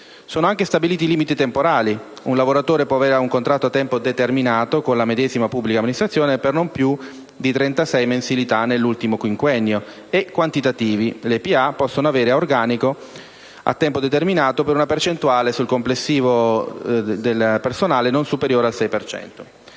Sono anche stabiliti limiti temporali (un lavoratore può avere un contratto a tempo determinato con la medesima pubblica amministrazione per non più di 36 mensilità nell'ultimo quinquennio) e quantitativi (le pubbliche amministrazioni possono avere organico a tempo determinato per una percentuale sul complesso del personale non superiore al 6